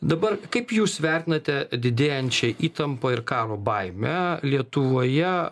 dabar kaip jūs vertinate didėjančią įtampą ir karo baimę lietuvoje